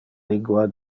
lingua